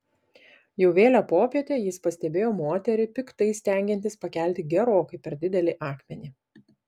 jau vėlią popietę jis pastebėjo moterį piktai stengiantis pakelti gerokai per didelį akmenį